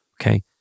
okay